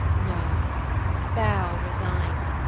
no bow resign'd.